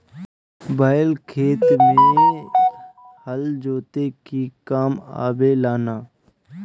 बैल खेत में हल जोते के काम आवे लनअ